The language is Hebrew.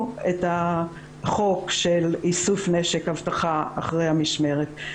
את החוק של איסוף נשק אבטחה אחרי המשמרת.